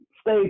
Stay